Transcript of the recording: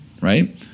right